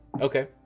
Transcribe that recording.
Okay